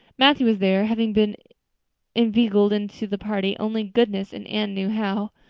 matthew was there, having been inveigled into the party only goodness and anne knew how.